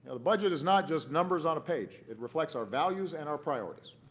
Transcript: ah the budget is not just numbers on a page. it reflects our values and our priorities.